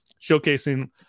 showcasing